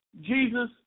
Jesus